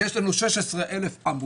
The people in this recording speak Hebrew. אם יש לנו 16,000 עמותות,